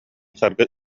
саргы